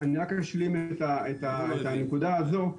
אני רק אשלים את הנקודה הזאת,